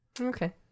Okay